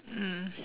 mm